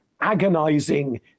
agonizing